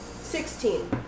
sixteen